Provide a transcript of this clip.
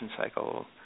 cycle